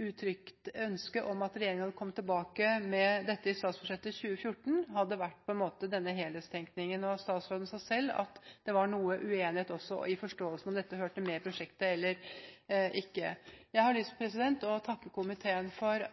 uttrykt ønske om at regjeringen vil komme tilbake med dette i statsbudsjettet for 2014, hadde vært denne helhetstenkningen. Statsråden sa selv at det også var noe uenighet i forståelsen av om dette hørte med i prosjektet eller ikke. Jeg har lyst til å takke komiteen for